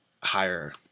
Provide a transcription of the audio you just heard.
higher